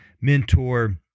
mentor